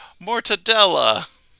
mortadella